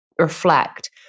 reflect